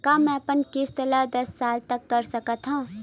का मैं अपन किस्त ला दस साल तक कर सकत हव?